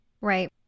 Right